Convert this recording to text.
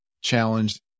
challenged